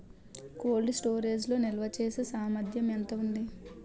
Cold storage లో నిల్వచేసేసామర్థ్యం ఎంత ఉంటుంది?